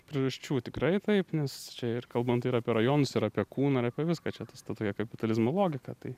priežasčių tikrai taip nes čia ir kalbant ir apie rajonus ir apie kūną ir apie viską čia tas ta tokia kapitalizmo logika tai